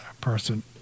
person